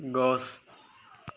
গছ